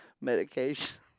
medication